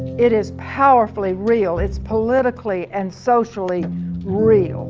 it is powerfu lly real. it's politically and socia lly real